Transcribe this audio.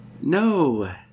No